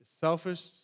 selfish